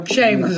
Shame